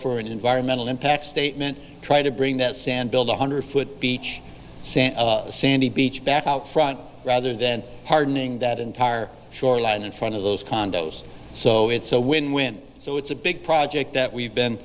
for an environmental impact statement try to bring that sand build a hundred foot beach sand sandy beach back out front rather than hardening that entire shoreline in front of those condos so it's a win win so it's a big project that we've been